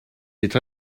cette